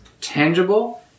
tangible